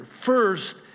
First